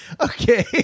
Okay